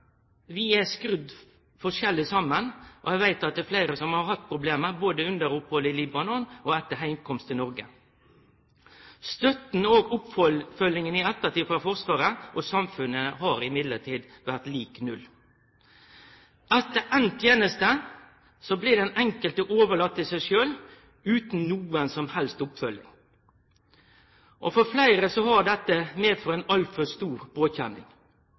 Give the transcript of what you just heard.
vi er skrudd forskjellig saman, og eg veit at det er fleire som har hatt problem, både under opphald i Libanon og etter heimkomst til Noreg. Men støtta og oppfølginga i ettertid frå Forsvaret og samfunnet har vore lik null. Etter enda teneste blir den enkelte overlaten til seg sjølv, utan noka som helst oppfølging. Og for fleire har dette medført ei altfor stor påkjenning.